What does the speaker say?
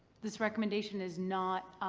this recommendation is not